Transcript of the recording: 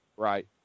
Right